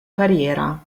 carriera